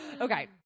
okay